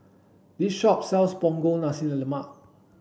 this shop sells Punggol Nasi Lemak